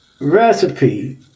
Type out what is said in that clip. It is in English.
Recipe